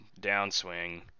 downswing